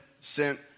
sent